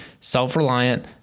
self-reliant